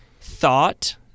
thought